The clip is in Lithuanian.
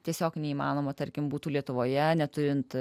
tiesiog neįmanoma tarkim būtų lietuvoje neturint